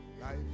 life